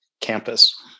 campus